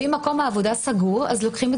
ואם מקום העבודה סגור אז לוקחים את